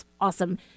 awesome